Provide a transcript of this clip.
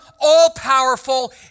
all-powerful